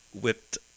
whipped